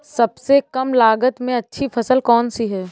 सबसे कम लागत में अच्छी फसल कौन सी है?